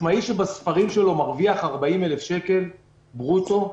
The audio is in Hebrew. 40,000 שקל ברוטו,